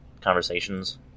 conversations